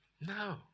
No